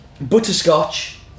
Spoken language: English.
butterscotch